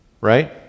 right